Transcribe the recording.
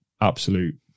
absolute